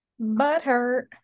butthurt